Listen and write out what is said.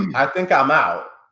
i think i'm out.